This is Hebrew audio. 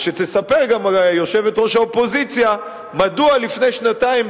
ושתספר גם יושבת-ראש האופוזיציה מדוע לפני שנתיים,